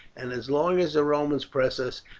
and as long as the romans press us,